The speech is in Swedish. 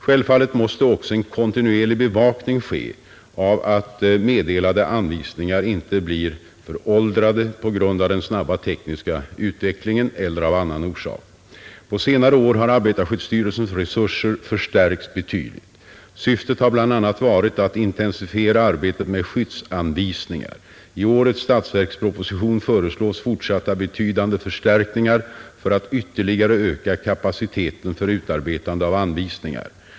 Självfallet måste också en kontinuerlig bevakning ske av att meddelade anvisningar inte blir föråldrade på grund av den snabba tekniska utvecklingen eller av annan orsak. På senare år har arbetarskyddsstyrelsens resurser förstärkts betydligt. Syftet har bl.a. varit att intensifiera arbetet med skyddsanvisningar. I årets statsverksproposition föreslås fortsatta betydande förstärkningar för att ytterligare öka kapaciteten för utarbetande av anvisningar.